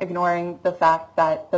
ignoring the fact that the